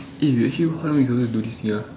eh actually what are we supposed to do this here